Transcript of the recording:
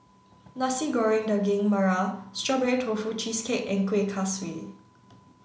Nasi Goreng Daging Merah Strawberry Tofu Cheesecake and Kuih Kaswi